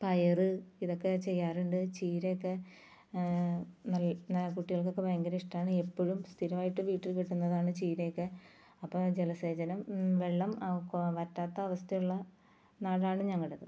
പയർ ഇതൊക്കെ ചെയ്യാറുണ്ട് ചീരയൊക്കെ കുട്ടികൾക്കൊക്കെ ഭയങ്കര ഇഷ്ടമാണ് എപ്പോഴും സ്ഥിരമായിട്ട് വീട്ടിൽ കിട്ടുന്നതാണ് ചീരയൊക്കെ അപ്പോൾ ജലസേചനം വെള്ളം വറ്റാത്ത അവസ്ഥയുള്ള നാടാണ് ഞങ്ങളുടേത്